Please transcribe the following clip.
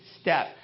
step